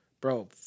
bro